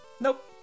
Nope